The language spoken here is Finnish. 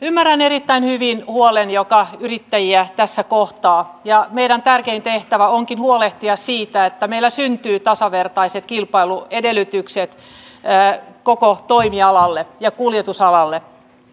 ymmärrän erittäin hyvin huolen joka yrittäjiä tässä kohtaa ja meidän tärkein tehtävämme onkin huolehtia siitä että meillä syntyy tasavertaiset kilpailuedellytykset koko kuljetusalalle